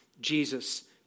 Jesus